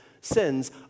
sins